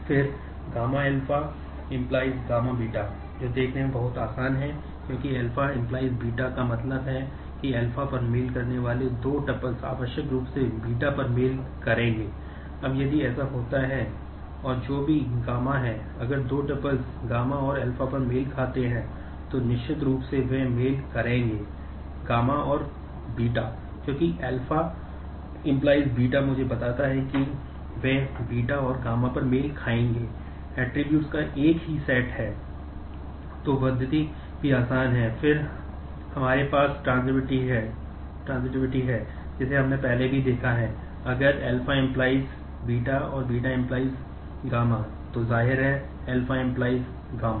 फिर γ α → γ β जो देखने में बहुत आसान है क्योंकि α → β का मतलब है कि α पर मेल करने वाले दो ट्यूपल है जिसे हमने पहले भी देखा था अगर α → β और β → γ तो जाहिर है α → γ